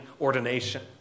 ordination